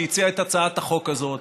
שהציעה את הצעת החוק הזאת,